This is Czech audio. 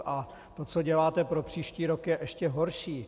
A to, co děláte pro příští rok, je ještě horší.